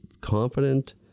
confident